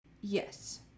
Yes